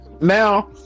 Now